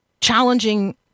challenging